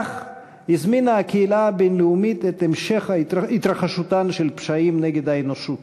כך הזמינה הקהילה את המשך התרחשותם של פשעים נגד האנושות,